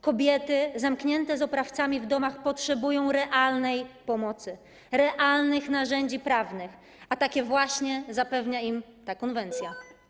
Kobiety zamknięte z oprawcami w domach potrzebują realnej pomocy, realnych narzędzi prawnych, a takie właśnie zapewnia im ta konwencja.